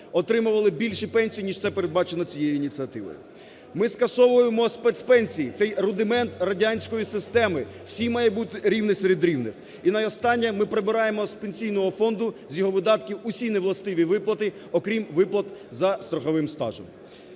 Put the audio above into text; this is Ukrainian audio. отримували більші пенсії, ніж це передбачено цією ініціативою, ми скасовуємо спец. пенсії, цей рудимент радянської системи всі мають бути рівні серед рівних і найостаннє, ми прибираємо з Пенсійного фонду, з його видатків усі невластиві виплати, окрім виплат за страховим стажем.